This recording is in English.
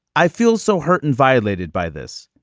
i feel so hurt and violated by this.